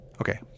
Okay